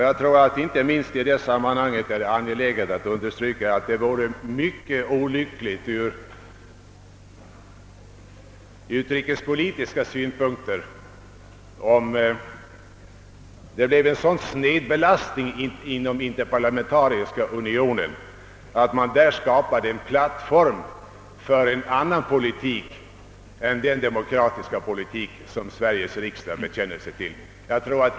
Jag tror att det inte minst i detta sammanhang är angeläget att understryka, att det från utrikespolitiska synpunkter vore mycket olyckligt, om det uppstod en sådan snedbelastning inom den interparlamentariska unionen, att där skapades en plattform för en annan politik än den demokratiska politik som Sveriges riksdag bekänner sig till.